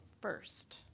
first